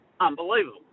Unbelievable